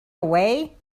away